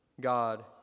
God